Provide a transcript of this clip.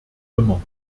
immer